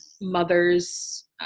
mother's